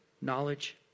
knowledge